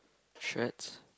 shreds